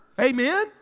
amen